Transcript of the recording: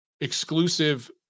exclusive